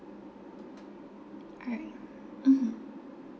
alright mmhmm